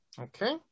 Okay